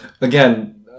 again